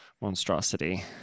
monstrosity